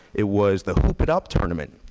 it was the hoop it up tournament.